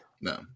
No